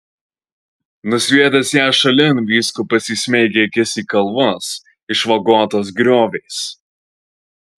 nusviedęs ją šalin vyskupas įsmeigė akis į kalvas išvagotas grioviais